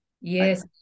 Yes